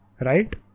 Right